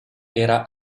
era